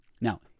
Now